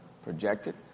projected